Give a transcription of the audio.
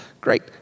Great